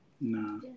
Nah